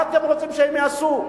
מה אתם רוצים שהם יעשו?